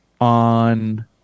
on